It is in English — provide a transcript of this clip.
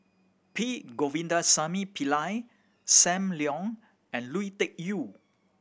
P Govindasamy Pillai Sam Leong and Lui Tuck Yew